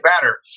better